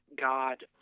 God